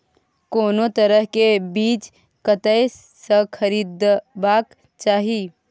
कोनो तरह के बीज कतय स खरीदबाक चाही?